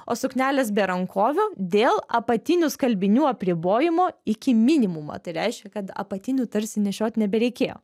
o suknelės be rankovių dėl apatinių skalbinių apribojimo iki minimumo tai reiškia kad apatinių tarsi nešiot nebereikėjo